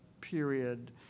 period